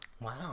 Wow